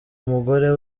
umugore